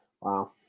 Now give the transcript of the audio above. Wow